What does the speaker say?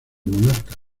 monarca